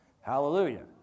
Hallelujah